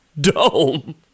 dome